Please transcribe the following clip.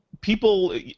people